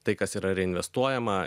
tai kas yra reinvestuojama